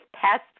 past